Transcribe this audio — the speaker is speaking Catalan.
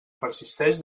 persisteix